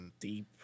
deep